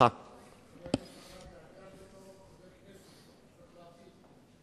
חבר הכנסת זחאלקה,